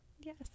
Yes